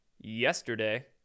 yesterday